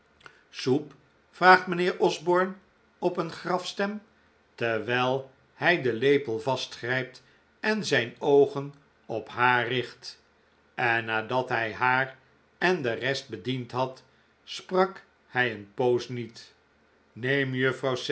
soep vraagt mijnheer osborne op een grafstem terwijl hij den lepel vastgrijpt en zijn oogen op haar richt en nadat hij haar en de rest bediend had sprak hij een poos niet neem